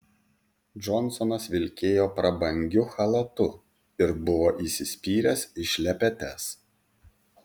džonsonas vilkėjo prabangiu chalatu ir buvo įsispyręs į šlepetes